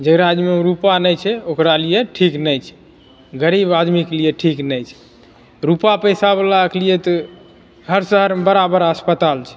जेकरा जिम्मामे रुपआ नहि छै ओकरा लिए ठीक नहि छै गरीब आदमीके लिए ठीक नहि छै रुपआ पैसाबलाके लिए तऽ हर शहरमे बड़ा बड़ा अस्पताल छै